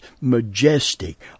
majestic